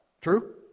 True